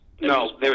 No